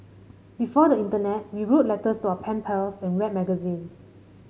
before the internet we wrote letters to our pen pals and read magazines